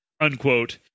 unquote